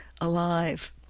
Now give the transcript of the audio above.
alive